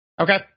Okay